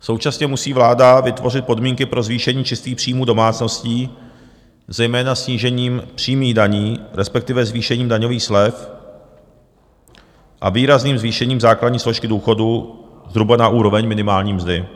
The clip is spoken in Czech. Současně musí vláda vytvořit podmínky pro zvýšení čistých příjmů domácností zejména snížením přímých daní, respektive zvýšením daňových slev a výrazným zvýšením základní složky důchodu zhruba na úroveň minimální mzdy.